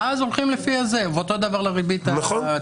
אז הולכים לפי זה ואותו דבר לגבי הריבית הצמודה.